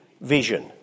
vision